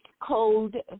Code